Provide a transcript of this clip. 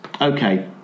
okay